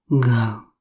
go